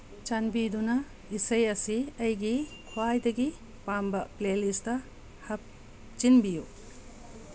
ꯆꯥꯟꯕꯤꯗꯨꯅ ꯏꯁꯩ ꯑꯁꯤ ꯑꯩꯒꯤ ꯈ꯭ꯋꯥꯏꯗꯒꯤ ꯄꯥꯝꯕ ꯄ꯭ꯂꯦꯂꯤꯁꯇ ꯍꯥꯞꯆꯤꯟꯕꯤꯌꯨ